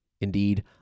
Indeed